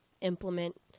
implement